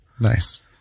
nice